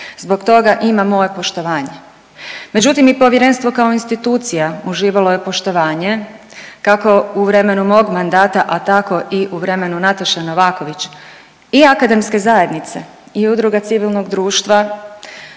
Zbog toga ima moje poštovanje. Međutim, i Povjerenstvo kao institucija uživalo je poštovanje, kako u vremenu mog mandata, a tako i vremenu Nataše Novaković i akademske zajednice i udruga civilnog društva